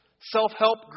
self-help